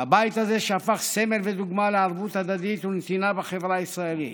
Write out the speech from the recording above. הבית הזה שהפך סמל ודוגמה לערבות הדדית ולנתינה בחברה הישראלית.